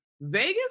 Vegas